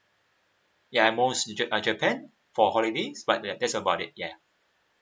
ya most ja~ uh japan for holidays but that's about it ya